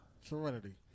Serenity